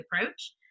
approach